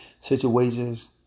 situations